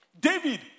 David